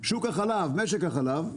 שוק החלב, משק החלב,